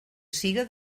siga